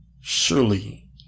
surely